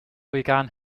began